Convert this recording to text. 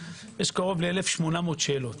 כ-1,800 שאלות.